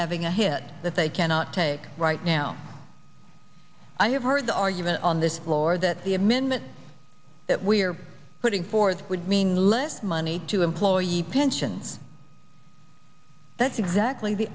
having a hit that they cannot take right now i have heard the argument on this floor that the amendment that we're putting forward would mean less money to employ the pensions that's exactly the